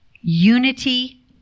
unity